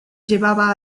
llevaba